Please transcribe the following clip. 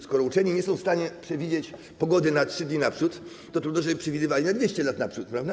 Skoro uczeni nie są w stanie przewidzieć pogody na 3 dni naprzód, to trudno, żeby przewidywali na 200 lat naprzód, prawda?